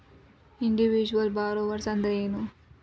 Individual borrowers ಅಂದ್ರೇನು?